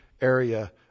area